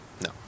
No